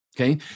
Okay